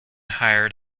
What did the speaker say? hired